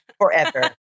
forever